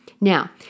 Now